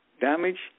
damage